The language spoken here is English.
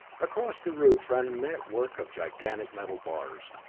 across the roof ran a network of gigantic metal bars,